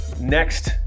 Next